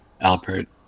Albert